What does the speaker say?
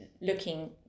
looking